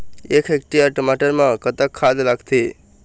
एक हेक्टेयर टमाटर म कतक खाद लागथे?